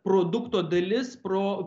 produkto dalis pro